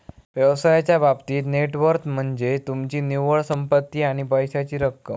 व्यवसायाच्या बाबतीत net worth म्हनज्ये तुमची निव्वळ संपत्ती आणि पैशाची रक्कम